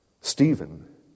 Stephen